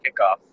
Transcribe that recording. kickoff